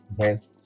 okay